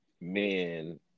men